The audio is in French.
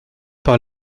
par